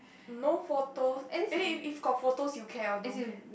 no photo eh if got photos you care or don't care